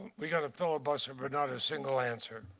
we got a filibuster but not a single answer.